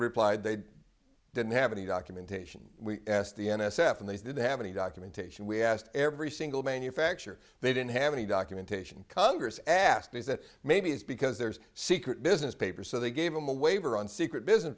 replied they didn't have any documentation we asked the n s f and they didn't have any documentation we asked every single manufacture they didn't have any documentation congress asked is that maybe it's because there's a secret business paper so they gave them a waiver on secret business